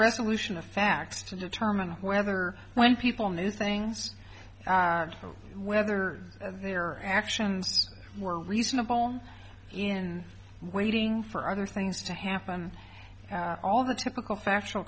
resolution of facts to determine whether when people knew things whether their actions were reasonable in waiting for other things to happen all the typical factual